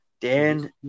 Dan